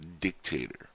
dictator